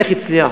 איך הצליח,